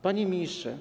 Panie Ministrze!